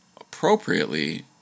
appropriately